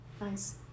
Nice